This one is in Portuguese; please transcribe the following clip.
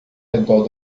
redor